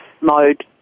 mode